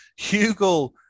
Hugel